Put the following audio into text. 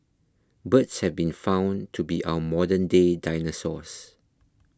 birds have been found to be our modernday dinosaurs